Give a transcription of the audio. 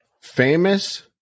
Famous